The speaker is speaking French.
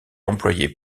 employé